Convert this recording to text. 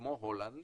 כמו הולנד